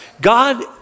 God